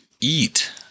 eat